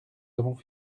avons